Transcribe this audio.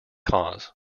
cause